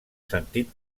sentit